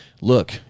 look